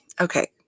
Okay